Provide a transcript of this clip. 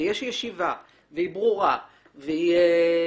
ויש ישיבה והיא ברורה וגלויה,